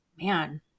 man